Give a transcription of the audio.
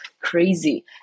crazy